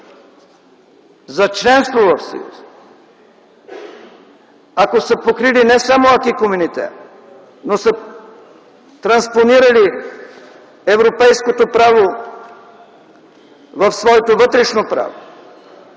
за членство в Съюза, ако са покрили не само acquis communautaire, но са транспонирали европейското право в своето вътрешно право,